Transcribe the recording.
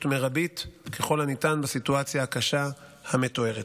מרבית ככל הניתן בסיטואציה הקשה המתוארת.